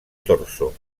torso